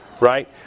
right